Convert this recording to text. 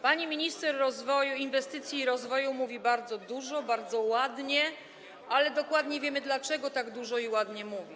Pani minister inwestycji i rozwoju mówi bardzo dużo, bardzo ładnie, ale dokładnie wiemy, dlaczego tak dużo i ładnie mówi.